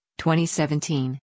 2017